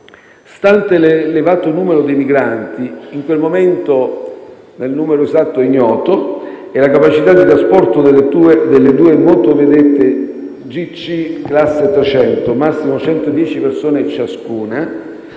stante l'elevato numero dei migranti - in quel momento il numero esatto era ignoto - e la capacità di trasporto delle due motovedette GC classe 300 (massimo 110 persone ciascuna),